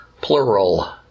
plural